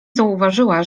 zauważyła